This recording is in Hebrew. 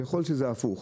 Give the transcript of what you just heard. ככול שזה הפוך,